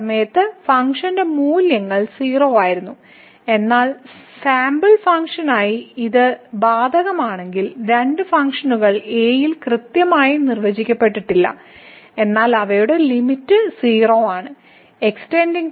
ആ സമയത്ത് ഫംഗ്ഷൻ മൂല്യങ്ങൾ 0 ആയിരുന്നു എന്നാൽ സാമ്പിൾ ഫംഗ്ഷനായി ഇത് ബാധകമാണെങ്കിൽ രണ്ട് ഫംഗ്ഷനുകൾ a യിൽ കൃത്യമായി നിർവചിക്കപ്പെട്ടിട്ടില്ല എന്നാൽ അവയുടെ ലിമിറ്റ് 0 ആണ്